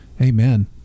Amen